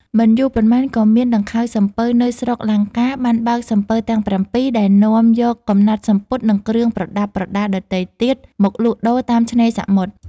មិនយូរប៉ុន្មានក៏មានដង្ខៅសំពៅនៅស្រុកលង្កា បានបើកសំពៅទាំង ៧ ដែលនាំយកកំណាត់សំពត់ និង គ្រឿងប្រដាប់ប្រដារដទៃទៀត មកលក់ដូរតាមឆ្នេរសមុទ្រ ។